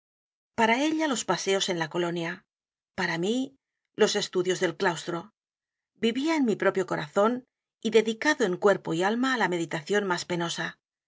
a ella i paseos en la colonia para mí los estudios del claustro vivía en mi propio corazón y dedicado en cuerpo y alma á la meditación más